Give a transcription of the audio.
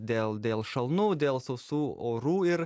dėl dėl šalnų dėl sausų orų ir